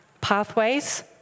pathways